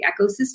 ecosystem